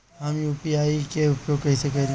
हम यू.पी.आई के उपयोग कइसे करी?